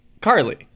Carly